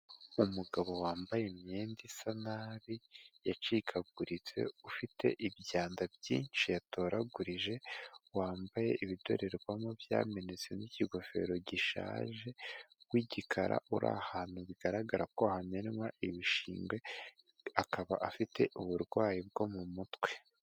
Umugabo wambaye imyenda isa nabi yacikaguritse ufite ibyanda byinshi yatoragurije, wambaye ibidorerwamo byamenetse n'ikigofero gishaje w'igikara, uri ahantu bigaragara ko hamenwa ibishingwe akaba afite uburwayi bwo mu mutwe.